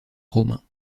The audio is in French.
romains